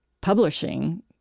publishing